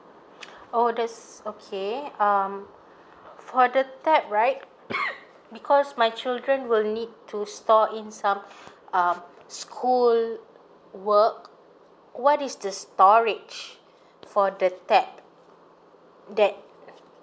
oh that's okay um for the tab right because my children will need to store in some um school work what is the storage for the tab that